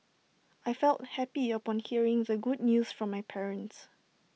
I felt happy upon hearing the good news from my parents